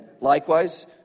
likewise